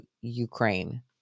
Ukraine